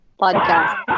podcast